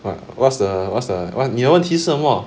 what what's the what's the what 你的问题是什么